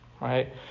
Right